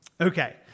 Okay